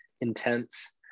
intense